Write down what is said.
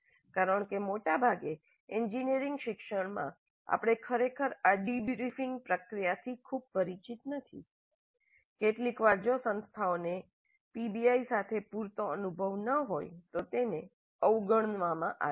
કારણ કે મોટાભાગે એન્જિનિયરિંગ શિક્ષણમાં આપણે ખરેખર આ ડિબ્રીફિંગ પ્રક્રિયાથી ખૂબ પરિચિત નથી કેટલીકવાર જો સંસ્થાઓને પીબીઆઈ સાથે પૂરતો અનુભવ ન હોય તો તેને અવગણવામાં આવે છે